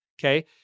Okay